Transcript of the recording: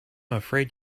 afraid